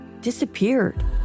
disappeared